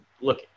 look